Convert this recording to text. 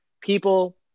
people